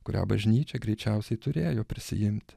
kurią bažnyčia greičiausiai turėjo prisiimti